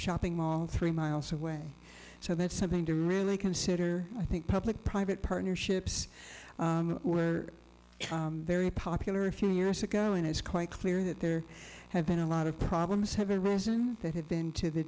shopping mall three miles away so that's something to really consider i think public private partnerships were very popular a few years ago and it's quite clear that there have been a lot of problems have that have been to the